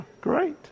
great